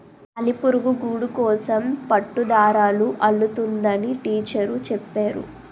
సాలిపురుగు గూడుకోసం పట్టుదారాలు అల్లుతుందని టీచరు చెప్పేరు